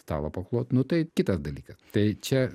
stalo paklot nu tai kitas dalykas tai čia